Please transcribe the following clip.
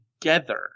together